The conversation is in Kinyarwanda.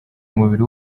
umubiri